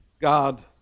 God